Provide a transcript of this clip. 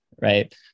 right